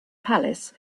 palace